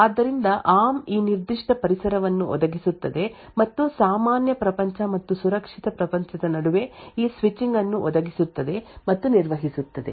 ಆದ್ದರಿಂದ ಆರ್ಮ್ ಈ ನಿರ್ದಿಷ್ಟ ಪರಿಸರವನ್ನು ಒದಗಿಸುತ್ತದೆ ಮತ್ತು ಸಾಮಾನ್ಯ ಪ್ರಪಂಚ ಮತ್ತು ಸುರಕ್ಷಿತ ಪ್ರಪಂಚದ ನಡುವೆ ಈ ಸ್ವಿಚಿಂಗ್ ಅನ್ನು ಒದಗಿಸುತ್ತದೆ ಮತ್ತು ನಿರ್ವಹಿಸುತ್ತದೆ